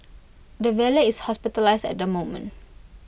the valet is hospitalised at the moment